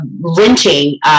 renting